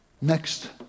next